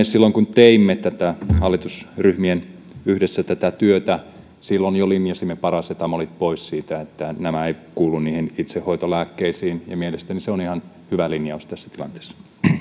silloin kun teimme hallitusryhmien kanssa yhdessä tätä työtä linjasimme parasetamolit pois siitä niin että ne eivät kuulu niihin itsehoitolääkkeisiin mielestäni se on ihan hyvä linjaus tässä tilanteessa